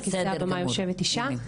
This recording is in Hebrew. על כסא הבמאי יושבת אישה.